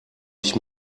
ich